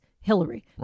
Hillary